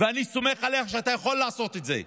ואני סומך עליך שאתה יכול לעשות את זה.